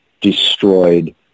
destroyed